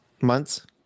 months